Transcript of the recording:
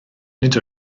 nid